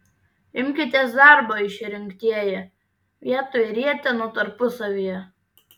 imkitės darbo išrinktieji vietoj rietenų tarpusavyje